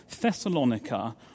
Thessalonica